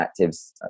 actives